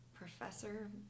Professor